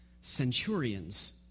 centurions